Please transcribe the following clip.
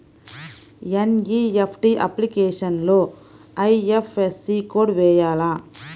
NEFT అప్లికేషన్లో IFSC code వేయాలా?